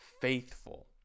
faithful